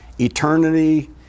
eternity